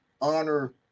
honor